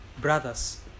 brothers